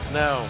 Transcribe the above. no